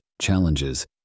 challenges